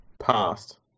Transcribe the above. past